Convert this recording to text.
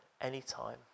anytime